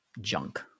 junk